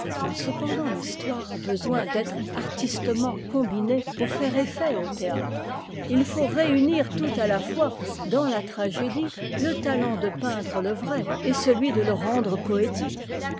cependant l'histoire a besoin d'être artistement combinée pour faire effet au théâtre et il faut réunir tout à la fois dans ta tragédie le talent de peindre le vrâi et celui de te rendre poétique